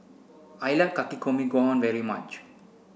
I like Takikomi Gohan very much